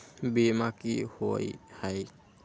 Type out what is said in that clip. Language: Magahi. बीमा की होअ हई?